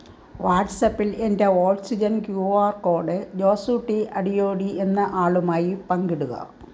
വാട്ട്സപ്പിൽ എൻ്റെ oxygen Q R code Josootty Adiyodi എന്ന ആളുമായി പങ്കിടുക